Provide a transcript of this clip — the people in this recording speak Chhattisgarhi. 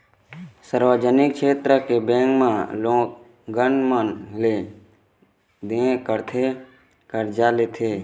सार्वजनिक छेत्र के बेंक म लोगन मन लेन देन करथे, करजा लेथे